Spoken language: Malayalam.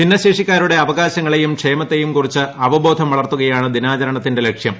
ഭിന്നശേഷിക്കാരുടെ അവകാശങ്ങളെയും ക്ഷേമത്തെയും കുറിച്ച് അവബോധം വളർത്തുകയാണ് ദിനാചരണ്ത്തിന്റെ ലക്ഷ്യം